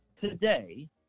today –